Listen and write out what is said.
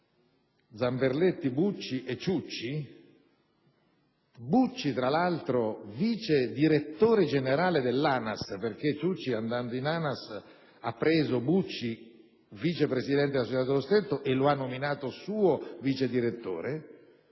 Zamberletti, Bucci e Ciucci. Bucci, tra l'altro, è vice direttore generale dell'ANAS, perché Ciucci, andando in ANAS, ha preso Bucci, vice presidente della società Stretto di Messina, e lo ha nominato suo vice direttore.